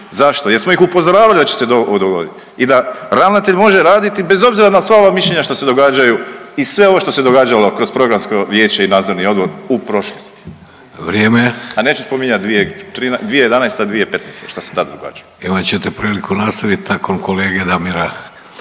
Zašto? Jer smo ih upozoravali da će se to dogoditi i da ravnatelj može raditi bez obzira na sva ova mišljenja što se događaju i sve ovo što se događalo kroz Programsko vijeće i Nadzorni odbor u prošlosti…/Upadica Sanader: Vrijeme/…a neću spominjat 2011.-2015. šta se tad događalo. **Sanader, Ante (HDZ)** Imat ćete priliku nastavit nakon kolege Damira